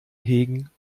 hegen